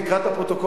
תקרא את הפרוטוקולים,